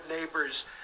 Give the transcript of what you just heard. neighbors